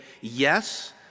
yes